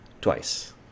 twice